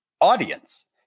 audience